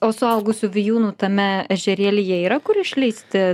o suaugusių vijūnų tame ežerėlyje yra kur išleisti